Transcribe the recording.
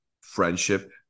friendship